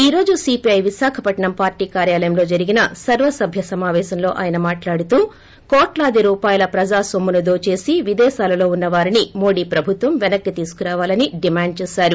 ఈ రోజు CPI Visakhapatnam party కార్యాలయంలో జరిగిన సర్వ సభ్య సమాపేశంలో ఆయన మాట్లాడుతూ కోట్లాది రూపాయల ప్రజా నొమ్మును దోచేసి విదేశాలలో ఉన్న వారిని మోదీ ప్రభుత్వం పెనక్కి తీసుకురావాలని డిమాండ్ చేశారు